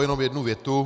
Jenom jednu větu.